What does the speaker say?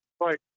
right